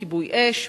כיבוי-אש,